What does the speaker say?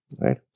right